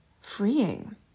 freeing